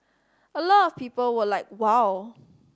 a lot of people were like wow